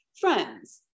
friends